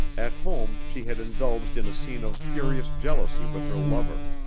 at home she had indulged in a scene of furious jealousy with her lover,